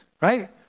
right